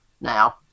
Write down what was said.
now